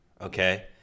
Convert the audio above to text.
Okay